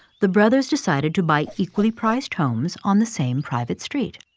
the brothers decided to buy equally-priced homes on the same private street.